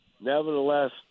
nevertheless